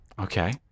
Okay